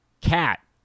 Cat